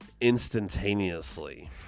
instantaneously